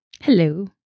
hello